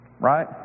right